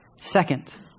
Second